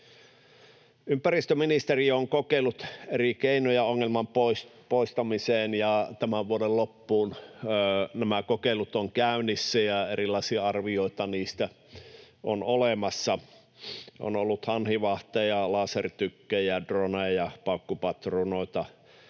Ympäristöministeriö on kokeillut eri keinoja ongelman poistamiseen, ja tämän vuoden loppuun nämä kokeilut ovat käynnissä, ja erilaisia arvioita niistä on olemassa. On ollut hanhivahteja, lasertykkejä, droneja, paukkupatruunoita,